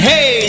Hey